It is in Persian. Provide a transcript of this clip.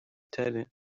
تره